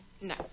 no